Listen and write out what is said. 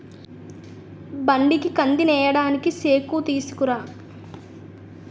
బండికి కందినేయడానికి సేకుతీసుకురా